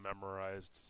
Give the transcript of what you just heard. memorized